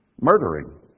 murdering